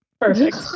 Perfect